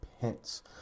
Pence